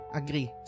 agree